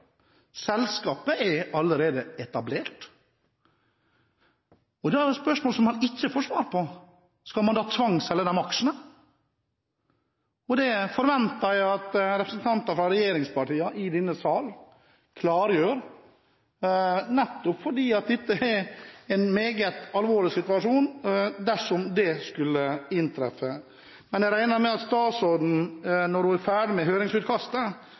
Selskapet er allerede etablert. Da er spørsmålet man ikke får svar på: Skal man da tvangsselge de aksjene? Det forventer jeg at representanter fra regjeringspartiene i denne sal klargjør, nettopp fordi det er en meget alvorlig situasjon dersom dette skulle inntreffe. Men jeg regner med at statsråden, når hun er ferdig med høringsutkastet,